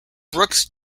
brooks